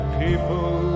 people